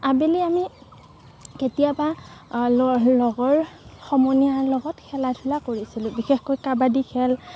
আবেলি আমি কেতিয়াবা ল লগৰ সমনীয়াৰ লগত খেলা ধূলা কৰিছিলোঁ বিশেষকৈ কাবাডী খেল